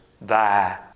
thy